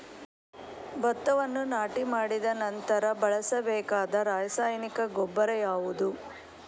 ಭತ್ತವನ್ನು ನಾಟಿ ಮಾಡಿದ ನಂತರ ಬಳಸಬೇಕಾದ ರಾಸಾಯನಿಕ ಗೊಬ್ಬರ ಯಾವುದು?